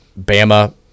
Bama